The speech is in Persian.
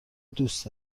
دوست